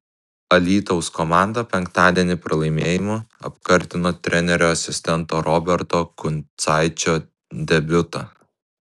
alytaus komanda penktadienį pralaimėjimu apkartino trenerio asistento roberto kuncaičio debiutą